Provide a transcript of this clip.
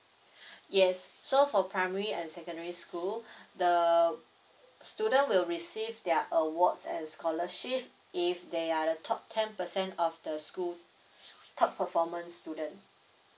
yes so for primary and secondary school the student will receive their awards and scholarship if they are the top ten percent of the school top performance student